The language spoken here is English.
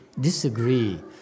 disagree